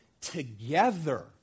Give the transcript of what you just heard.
together